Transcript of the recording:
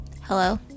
Hello